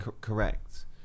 correct